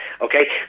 Okay